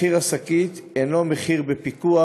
מחיר השקית אינו מחיר בפיקוח,